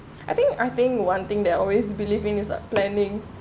I think I think one thing that always believe is in planning